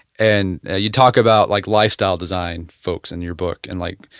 and you talk about like lifestyle design folks in your book and like,